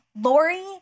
Lori